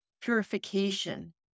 Purification